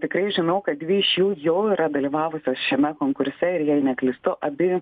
tikrai žinau kad dvi iš jų jau yra dalyvavusios šiame konkurse ir jei neklystu abi